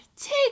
take